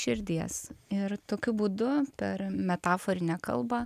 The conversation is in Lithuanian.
širdies ir tokiu būdu per metaforinę kalbą